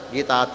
Gita